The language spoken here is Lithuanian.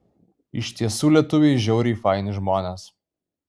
iš tiesų lietuviai žiauriai faini žmonės